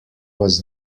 was